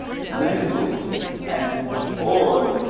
mangled and torn,